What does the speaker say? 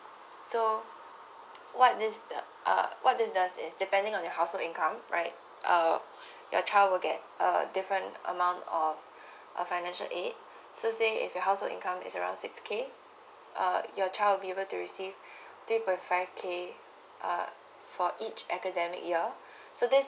so what its uh what it does is depending on your household income right uh your child will get uh different amount on or financial aid so say if your household income is around six K uh your child will be able to receive three point five K uh for each academic year so this